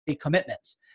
commitments